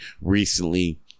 recently